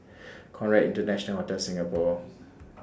Conrad International Hotel Singapore